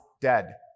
dead